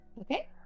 Okay